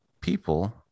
people